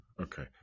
okay